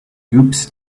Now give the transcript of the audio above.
oops